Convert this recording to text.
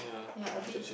yea a bit